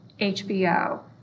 HBO